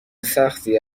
سختی